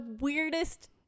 weirdest